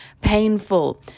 painful